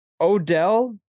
odell